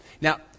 now